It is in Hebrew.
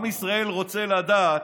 עם ישראל רוצה לדעת.